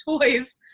toys